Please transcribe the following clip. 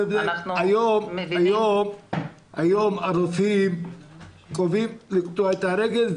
היום הרופאים קובעים לקטוע את הרגל,